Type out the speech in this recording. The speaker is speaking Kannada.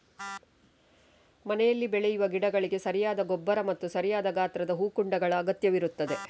ಮನೆಯಲ್ಲಿ ಬೆಳೆಸುವ ಗಿಡಗಳಿಗೆ ಸರಿಯಾದ ಗೊಬ್ಬರ ಮತ್ತು ಸರಿಯಾದ ಗಾತ್ರದ ಹೂಕುಂಡಗಳ ಅಗತ್ಯವಿರುತ್ತದೆ